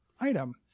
item